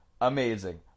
Amazing